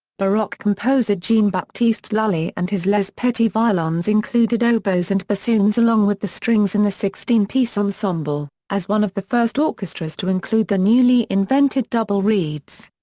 baroque composer jean-baptiste lully and his les petits violons included oboes and bassoons along with the strings in the sixteen piece ensemble, as one of the first orchestras to include the newly invented double reeds.